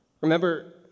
Remember